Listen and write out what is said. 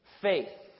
Faith